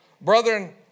Brethren